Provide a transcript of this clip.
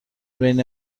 بین